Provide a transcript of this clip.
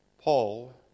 Paul